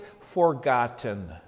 forgotten